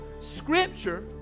Scripture